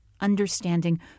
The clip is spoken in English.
understanding